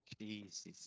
Jesus